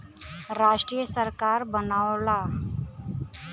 राष्ट्रीय सरकार बनावला